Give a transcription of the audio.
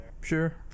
sure